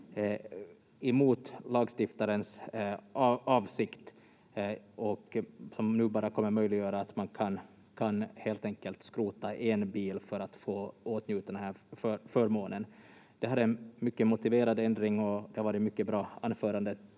emot lagstiftarens avsikt och som nu bara kommer möjliggöra att man helt enkelt kan skrota en bil för att få åtnjuta den här förmånen. Det här är en mycket motiverad ändring och det har varit mycket bra anföranden